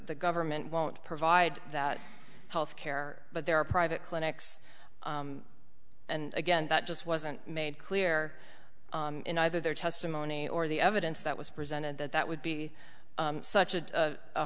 government won't provide that health care but there are private clinics and again that just wasn't made clear in either their testimony or the evidence that was presented that that would be such a